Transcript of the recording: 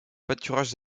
pâturages